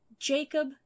Jacob